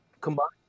combined